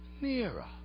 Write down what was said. nearer